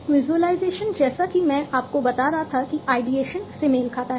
visualisation जैसा कि मैं आपको बता रहा था कि आइडिएशन से मेल खाता है